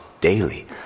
daily